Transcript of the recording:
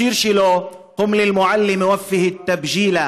בשיר שלו: (אומר דברים בשפה הערבית,